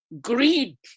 greed